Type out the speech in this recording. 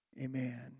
amen